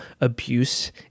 abuse